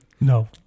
No